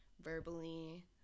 verbally